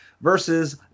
versus